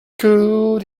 could